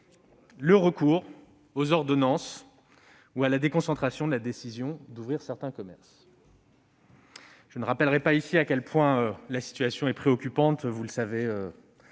le recours aux ordonnances ou la déconcentration de la décision d'ouvrir certains commerces. Je ne vous rappellerai pas à quel point la situation est préoccupante, vous la